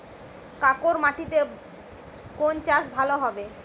কাঁকর মাটিতে কোন চাষ ভালো হবে?